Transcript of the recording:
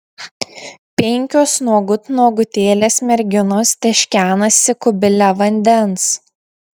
penkios nuogut nuogutėlės merginos teškenasi kubile vandens